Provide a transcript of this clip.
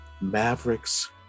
mavericks